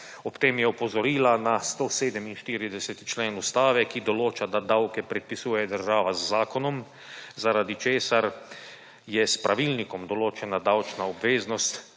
Ob tem je opozorila na 147. člen Ustave, ki določa, da davke predpisuje država z zakonom, zaradi česar je s pravilnikom določena davčna obveznost